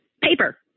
paper